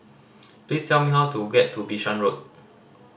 please tell me how to get to Bishan Road